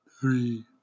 Three